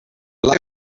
life